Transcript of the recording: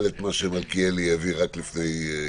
איך שהגעתי אני מבטל את מה שמלכיאלי העביר רק לפני יומיים